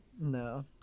No